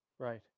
Right